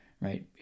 Right